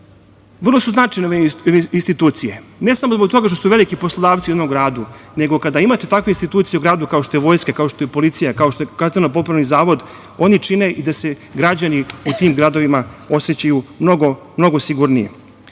Vrlo su značajne ove institucije, ne samo zbog toga što su veliki poslodavci u jednom gradu, nego kada imate takve institucije u gradu, kao što je Vojska, kao što je policija, kao što je KZP, oni čine i da se građani u tim gradovima osećaju mnogo sigurnije. Mi